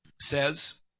says